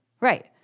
Right